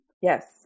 Yes